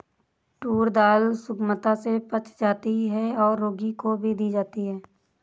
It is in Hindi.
टूर दाल सुगमता से पच जाती है और रोगी को भी दी जाती है